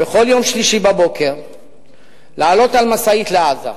בכל יום שלישי לעלות על משאית לעזה.